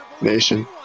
Nation